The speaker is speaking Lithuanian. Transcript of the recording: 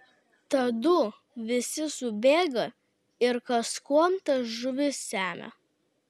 tadu visi subėga ir kas kuom tas žuvis semia